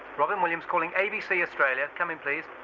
robyn williams calling abc australia come in please.